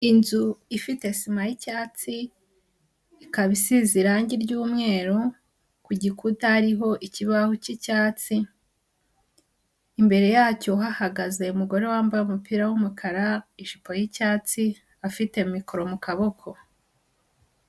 Inzu ifite sima y'icyatsi ikaba isize irange ry'umweru ku gikuta hariho ikibaho cy'icyatsi, imbere yacyo hahagaze umugore wambaye umupira w'umukara, ijipo y'icyatsi afite mikoro mu kaboko.